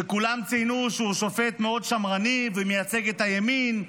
שכולם ציינו שהוא שופט מאוד שמרני ומייצג את הימין,